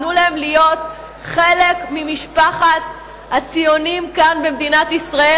תנו להם להיות חלק ממשפחת הציונים כאן במדינת ישראל,